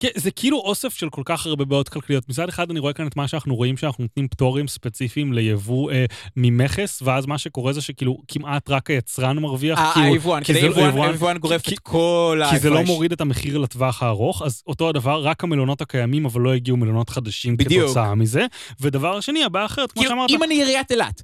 כן, זה כאילו אוסף של כל כך הרבה בעיות כלכליות. מצד אחד אני רואה כאן את מה שאנחנו רואים, שאנחנו נותנים פטורים ספציפיים ליבוא ממכס, ואז מה שקורה זה שכאילו, כמעט רק היצרן מרוויח, כי הוא- כי היבואן- זה לא מוריד את המחיר לטווח הארוך, אז אותו הדבר, רק המלונות הקיימים, אבל לא הגיעו מלונות חדשים כתוצאה מזה. ודבר שני, הבעיה אחרת, כמו שאמרת... אם אני עיריית אילת.